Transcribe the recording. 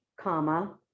comma